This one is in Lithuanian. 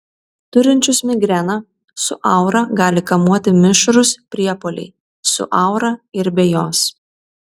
turinčius migreną su aura gali kamuoti mišrūs priepuoliai su aura ir be jos